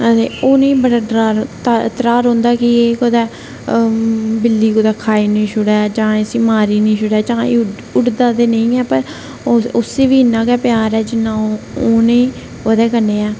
है ते उनेंगी बड़ा डर त्राह रौंहदा कि कुतै बिल्ली कुतै खाई नेई छोडे़ जां इसी मारी नेई छोडे़ जां ऐ उडदा ते नेईं ऐ पर उसी बी इन्ना गै प्यार ऐ जिन्ना उनेंगी ओह्दे कन्नै ऐ